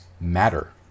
matter